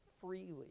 freely